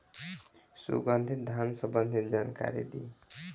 सुगंधित धान संबंधित जानकारी दी?